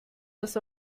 das